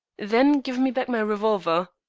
then give me back my revolver.